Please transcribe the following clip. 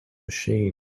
machine